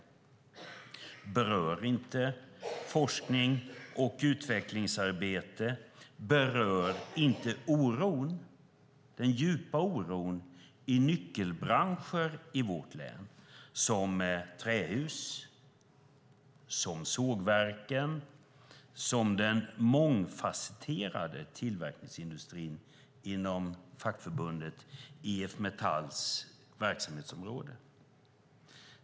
Hon berör inte forsknings och utvecklingsarbete och berör inte den djupa oron i nyckelbranscher i vårt län, som trähus, sågverk och den mångfasetterade tillverkningsindustrin inom fackförbundet IF Metalls verksamhetsområde.